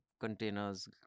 containers